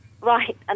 Right